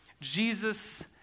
Jesus